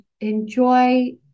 enjoy